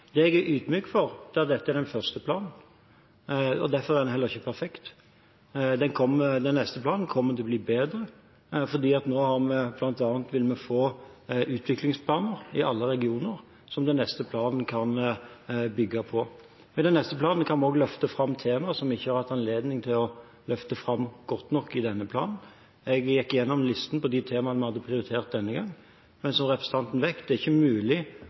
Det jeg er ydmyk for, er at dette er den første planen, og derfor er den heller ikke perfekt. Den neste planen kommer til å bli bedre fordi vi nå bl.a. vil få utviklingsplaner i alle regioner som den neste planen kan bygge på. Med den neste planen kan vi også løfte fram tema som vi ikke har hatt anledning til å løfte fram godt nok i denne planen. Jeg gikk gjennom listen på de temaene vi hadde prioritert denne gang, men som representanten vet, er det ikke mulig